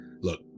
look